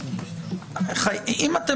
אם אין